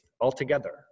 altogether